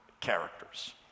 characters